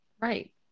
Right